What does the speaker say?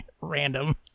random